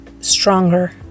stronger